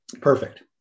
Perfect